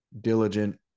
diligent